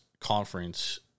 conference